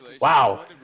Wow